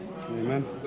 Amen